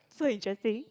so interesting